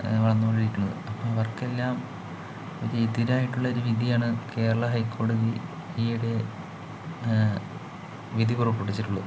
വളർന്നോണ്ടിരിക്കണത് അപ്പം അവർക്കെല്ലാം ഒര് എതിരായിട്ടുള്ളൊരു വിധിയാണ് കേരള ഹൈകോടതി ഈയിടെ വിധി പുറപ്പെടുവിച്ചിട്ടുള്ളത്